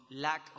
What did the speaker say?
lack